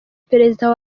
perezida